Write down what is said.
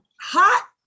hot